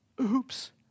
Oops